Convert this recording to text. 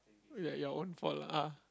it's like your own fault lah